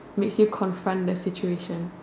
makes you confront the situation